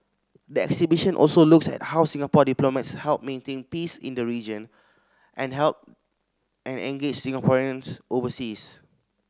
the exhibition also looks at how Singapore diplomats help maintain peace in the region and help and engage Singaporeans overseas